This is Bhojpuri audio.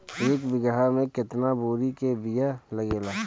एक बिगहा में केतना तोरी के बिया लागेला?